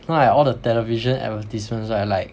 now like all the television advertisements right like